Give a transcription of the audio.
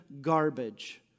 garbage